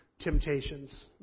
temptations